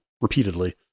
repeatedly